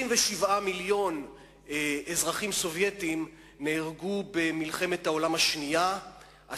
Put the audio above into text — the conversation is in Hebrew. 27 מיליון אזרחים סובייטים נהרגו במלחמת העולם השנייה,